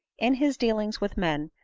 in his dealings with men,